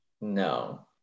No